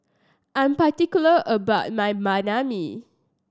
I'm particular about my Banh Mi